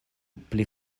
pli